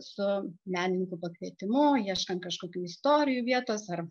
su menininkų pakvietimu ieškant kažkokių istorijų vietos ar